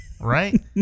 right